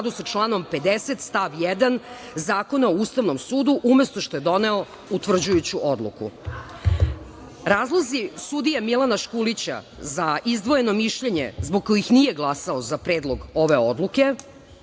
sa članom 50. stav 1. Zakona o ustavnom sudu, umesto što je doneo utvrđujuću odluku. Razlozi sudije Milana Škulića za izdvojeno mišljenje zbog kojih nije glasao za Predlog ove odluke